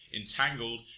entangled